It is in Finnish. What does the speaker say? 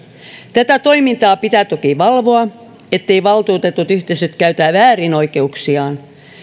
tätä toimintaa pitää toki valvoa etteivät valtuutetut yhteisöt käytä väärin oikeuksiaan